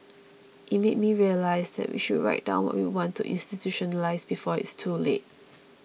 it made me realise that we should write down what we want to institutionalise before it's too late